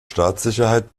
staatssicherheit